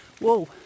whoa